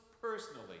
personally